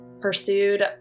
pursued